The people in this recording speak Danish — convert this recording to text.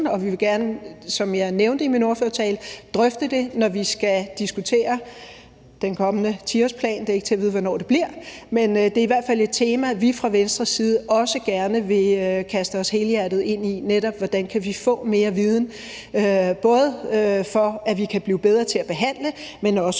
og vi vil gerne, som jeg nævnte i min ordførertale, drøfte det, når vi skal diskutere den kommende 10-årsplan. Det er ikke til at vide, hvornår det bliver, men det er i hvert fald et tema, vi fra Venstres side også gerne vil kaste os helhjertet ind i, netop hvordan vi kan få mere viden, både for at vi kan blive bedre til at behandle, men også